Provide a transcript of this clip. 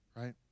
right